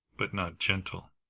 but not gentle.